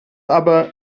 aber